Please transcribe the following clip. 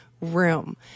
Room